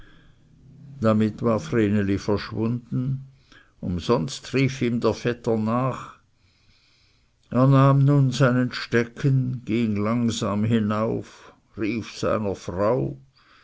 damit war vreneli verschwunden umsonst rief ihm der vetter nach er nahm nun seinen stecken ging langsam hinaus rief seiner frau